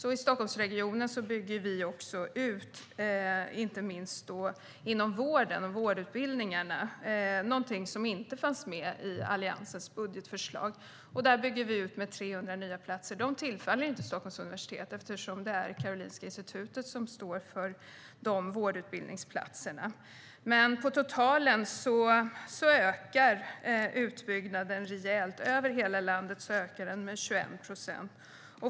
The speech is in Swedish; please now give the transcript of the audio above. I Stockholmsregionen bygger vi ut inte minst inom vården och vårdutbildningarna, något som inte fanns med i Alliansens budgetförslag. Där bygger vi ut med 300 nya platser. Dessa vårdutbildningsplatser tillfaller inte Stockholms universitet, eftersom det är Karolinska institutet som står för dem. På totalen ökar utbyggnaden rejält - över hela landet ökar den med 21 procent.